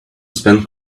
spend